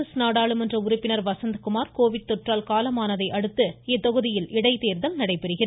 காங்கிரஸ் நாடாளுமன்ற உறுப்பினர் வசந்த்குமார் கோவிட் தொற்றால் காலமானதையடுத்து இத்தொகுதியில் இடைத்தேர்தல் நடைபெறுகிறது